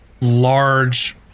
large